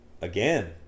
again